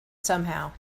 somehow